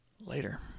later